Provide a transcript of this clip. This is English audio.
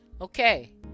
okay